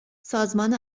سازمان